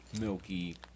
milky